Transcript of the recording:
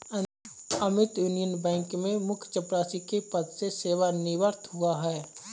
Amit Union Bank में मुख्य चपरासी के पद से सेवानिवृत हुआ है